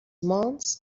مانتس